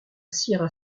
sierra